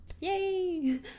Yay